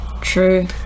True